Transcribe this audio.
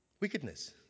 Wickedness